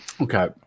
Okay